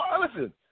Listen